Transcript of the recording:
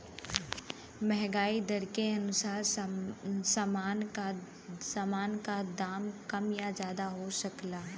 महंगाई दर के अनुसार सामान का दाम कम या ज्यादा हो सकला